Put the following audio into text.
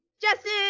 Justin